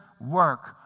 work